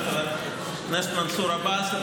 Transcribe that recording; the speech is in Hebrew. חבר הכנסת מנסור עבאס,